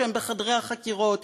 כשהם בחדרי החקירות,